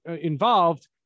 involved